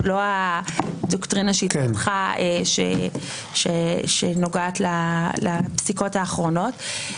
לא הדוקטרינה שהתפתחה, שנוגעת לפסיקות האחרונות.